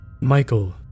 Michael